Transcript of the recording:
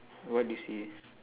what is he